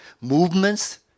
Movements